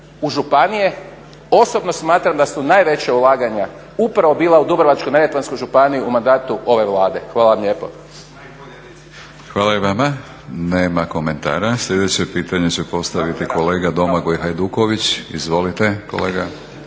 u županije osobno smatram da su najveća ulaganja upravo bila u Dubrovačko-neretvansku županiju u mandatu ove Vlade. Hvala lijepo. **Batinić, Milorad (HNS)** Hvala i vama. Nema komentara. Sljedeće pitanje će postaviti kolega Domagoj Hajduković. Izvolite kolega.